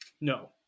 No